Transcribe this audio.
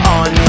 on